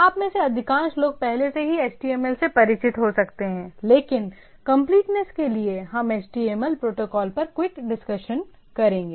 आप में से अधिकांश लोग पहले से ही HTML से परिचित हो सकते हैं लेकिन कंपलीटनेस के लिए हम HTML प्रोटोकॉल पर क्विक डिस्कशन करेंगे